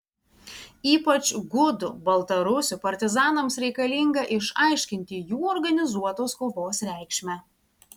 ypač gudų baltarusių partizanams reikalinga išaiškinti jų organizuotos kovos reikšmę